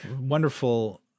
wonderful